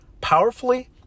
Powerfully